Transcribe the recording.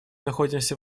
находимся